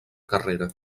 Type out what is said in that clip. carrera